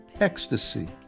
ecstasy